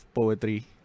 poetry